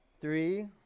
Three